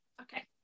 Okay